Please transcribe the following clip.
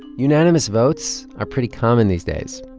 unanimous votes are pretty common these days.